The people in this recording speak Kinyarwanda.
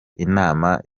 inama